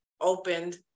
opened